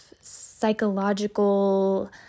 psychological